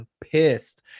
pissed